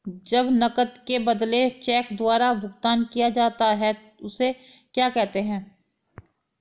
जब नकद के बदले चेक द्वारा भुगतान किया जाता हैं उसे क्या कहते है?